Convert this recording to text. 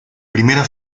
primera